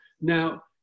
Now